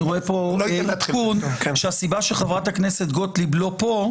אני רואה פה עדכון שהסיבה שחברת הכנסת גוטליב לא פה,